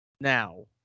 now